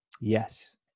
yes